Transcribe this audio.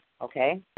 okay